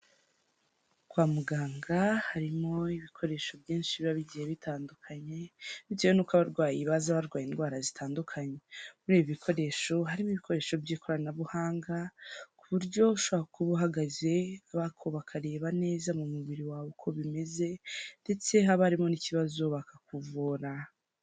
kwa muganga harimo ibikoresho byinshi biba bigiye bitandukanye, bitewe n'uko abarwayi baza barwaye indwara zitandukanye, muribyo bikoresho harimo ibikoresho by'ikoranabuhanga, kuburya ushobora kuba ahagaze bakareba neza mu mubiri wawe uko bimeze, ndetse haba harimo n'ikibazo bakakuvura.